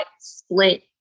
split